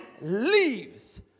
leaves